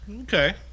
okay